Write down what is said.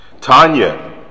Tanya